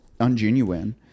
ungenuine